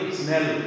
smell